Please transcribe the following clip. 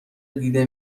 دیده